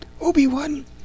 Obi-Wan